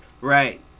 Right